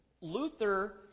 Luther